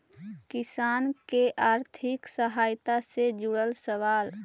किसान के आर्थिक सहायता से जुड़ल सवाल?